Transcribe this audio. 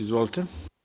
Izvolite.